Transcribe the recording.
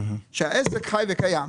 שהעסק חי וקיים.